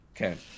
Okay